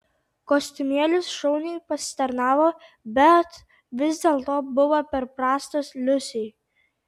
kostiumėlis šauniai pasitarnavo bet vis dėlto buvo per prastas liusei